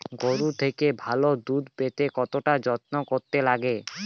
গরুর থেকে ভালো দুধ পেতে কতটা যত্ন করতে লাগে